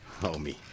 Homie